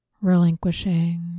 relinquishing